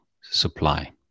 supply